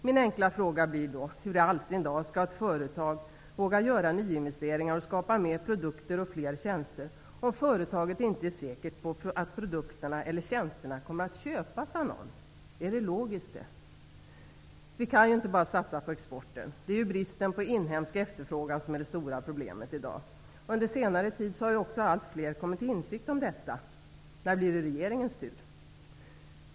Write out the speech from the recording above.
Min enkla fråga blir då: Hur i all sin dar skall ett företag våga göra nyinvesteringar och skapa mer produkter och fler tjänster, om man i företaget inte är säker på att produkterna eller tjänsterna kommer att köpas av någon? Är detta logiskt? Vi kan ju inte bara satsa på exporten. Det är ju bristen på inhemsk efterfrågan som är det stora problemet i dag. Under senare tid har också allt fler kommit till insikt om detta. När blir det regeringens tur?